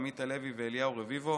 עמית הלוי ואליהו רביבו,